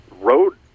road